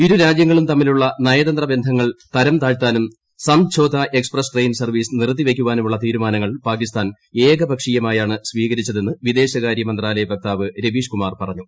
ഇരു രാജൃങ്ങളും തമ്മിലുള്ള നയതന്ത്ര ബന്ധങ്ങൾ തരം താഴ്ത്താനും സംഝോത എക്സ്പ്രസ് ട്രെയിൻ സർവ്വീസ് നിർത്തി വെയ്ക്കാനുമുള്ള തീരുമാനങ്ങൾ പാകിസ്ഥാൻ ഏകപക്ഷീയമായാണ് സ്വീകരിച്ചതെന്ന് വിദേശകാര്യ മന്ത്രാലയ വക്താവ് രവീഷ് കുമാർ പറഞ്ഞു